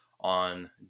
on